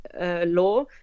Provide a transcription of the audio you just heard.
Law